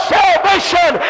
salvation